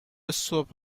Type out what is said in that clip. صبح